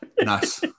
Nice